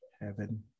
Heaven